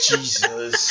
Jesus